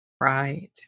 Right